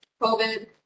COVID